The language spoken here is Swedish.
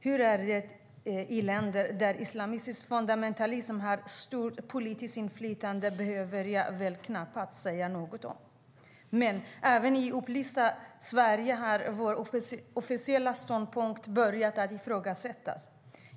Hur det är i länder där islamisk fundamentalism har stort politiskt inflytande behöver jag väl knappast säga något om. Men även i upplysta Sverige har vår officiella ståndpunkt börjat ifrågasättas.